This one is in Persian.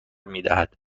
میدهد